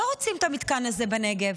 לא רוצים את המתקן הזה בנגב.